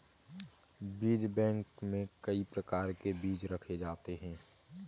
बीज बैंक में कई प्रकार के बीज रखे जाते हैं